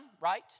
right